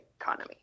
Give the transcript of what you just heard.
economy